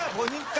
will you